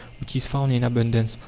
which is found in abundance,